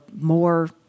more